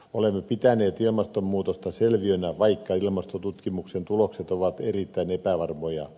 olemme pitäneet ilmastonmuutosta selviönä vaikka ilmastotutkimuksen tulokset ovat erittäin epävarmoja